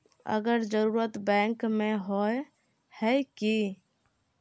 अगर जरूरत बैंक में होय है की?